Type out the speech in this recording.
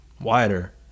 wider